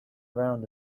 around